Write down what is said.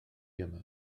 yma